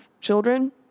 children